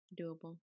doable